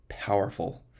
powerful